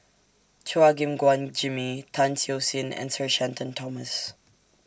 Chua Gim Guan Jimmy Tan Siew Sin and Sir Shenton Thomas